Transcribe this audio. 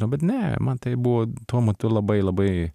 nu bet ne man tai buvo tuo metu labai labai